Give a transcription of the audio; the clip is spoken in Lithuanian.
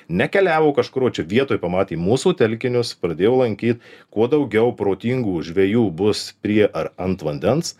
nekeliavo kažkur o čia vietoj pamatė mūsų telkinius pradėjo lankyt kuo daugiau protingų žvejų bus prie ar ant vandens